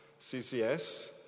CCS